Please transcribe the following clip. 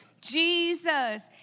Jesus